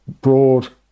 broad